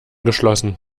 geschlossen